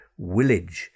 Willage